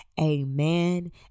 Amen